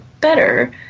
better